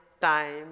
time